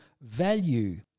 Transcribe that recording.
value